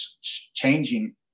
changing